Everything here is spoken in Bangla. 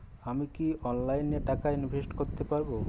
আমি কি অনলাইনে টাকা ইনভেস্ট করতে পারবো?